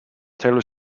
taylor